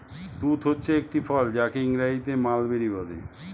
তুঁত হচ্ছে একটি ফল যাকে ইংরেজিতে মালবেরি বলে